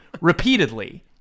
Repeatedly